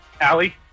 Allie